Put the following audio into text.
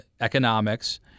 economics